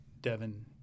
Devon